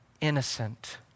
innocent